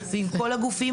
ועם כל הגופים.